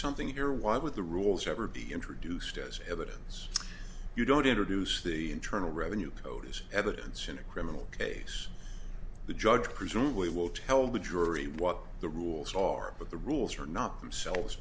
something here why would the rules ever be introduced as evidence you don't introduce the internal revenue code as evidence in a criminal case the judge presumably will tell the jury what the rules are but the rules are not themselves